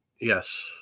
Yes